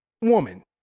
woman